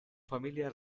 familia